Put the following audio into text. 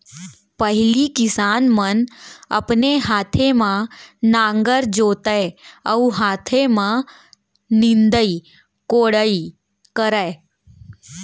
पहिली किसान मन अपने हाथे म नांगर जोतय अउ हाथे म निंदई कोड़ई करय